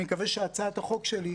אני מקווה שהצעת החוק שלי,